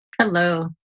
Hello